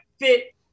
fit